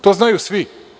To znaju svi.